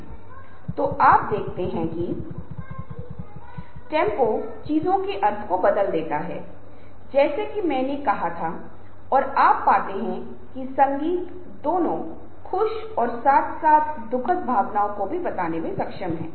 इसलिए यदि आप 5 या 10 ऐसी चीजों की सूची बनाते हैं तो शायद हम अपने बोलने के तरीके को बदल सकते हैं और हम इसे एक महत्वपूर्ण तरीके से सुधार सकते हैं